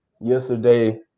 yesterday